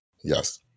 Yes